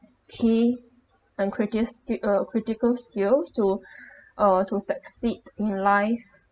key and critis~ t~ uh critical skills to uh to succeed in your life